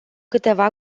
câteva